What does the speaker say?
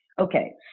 Okay